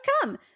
come